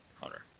Hunter